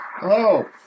Hello